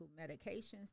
medications